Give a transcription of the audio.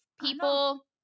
people